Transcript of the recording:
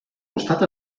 costat